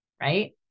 right